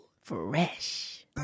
fresh